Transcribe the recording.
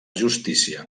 justícia